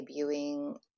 debuting